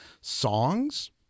songs